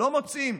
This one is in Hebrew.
לא מוצאים.